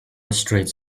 streets